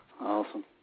Awesome